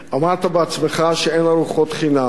אמרת בעצמך שאין ארוחות חינם.